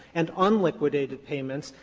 and unliquidated payments,